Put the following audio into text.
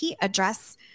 address